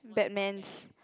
Batman's